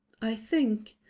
i think,